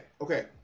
okay